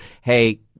hey